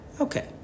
Okay